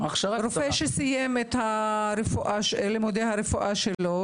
רופא שסיים את לימודי הרפואה שלו,